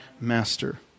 master